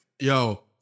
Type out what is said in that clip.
yo